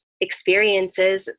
experiences